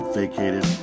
vacated